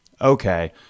Okay